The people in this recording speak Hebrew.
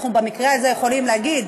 אנחנו במקרה הזה יכולים להגיד: